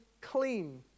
clean